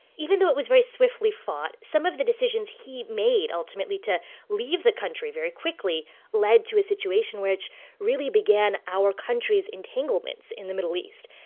even though it was very swiftly fought, some of the decisions he made, ultimately, to leave the country very quickly led to a situation which really began our country's entanglements in the middle east.